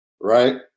right